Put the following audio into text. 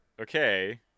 okay